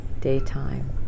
daytime